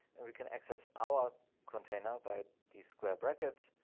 and we can access our container by the square brackets,